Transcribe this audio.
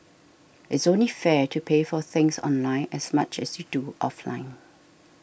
it's only fair to pay for things online as much as you do offline